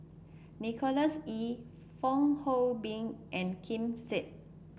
Nicholas Ee Fong Hoe Beng and Ken Seet